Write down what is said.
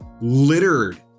littered